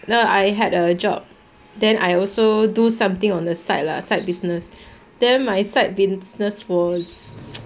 no I had a job then I also do something on the side lah side business then my side business was